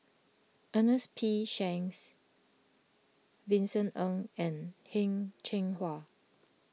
Ernest P Shanks Vincent Ng and Heng Cheng Hwa